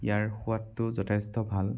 ইয়াৰ সোৱাদটো যথেষ্ট ভাল